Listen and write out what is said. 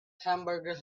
hamburger